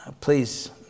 Please